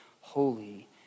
holy